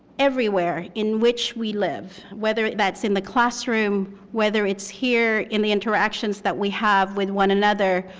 everywhere, in which we live. whether that's in the classroom, whether it's here in the interactions that we have with one another,